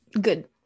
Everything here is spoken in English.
good